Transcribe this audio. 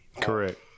Correct